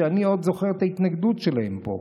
שאני עוד זוכר את ההתנגדות שלהם פה,